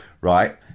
right